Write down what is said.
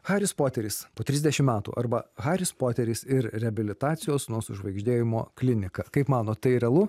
haris poteris po trisdešim metų arba haris poteris ir reabilitacijos nuo sužvaigždėjimo klinika kaip manot tai realu